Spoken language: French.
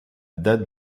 date